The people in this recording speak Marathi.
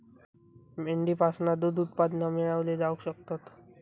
मेंढीपासना दूध उत्पादना मेळवली जावक शकतत